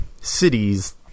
cities